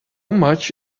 much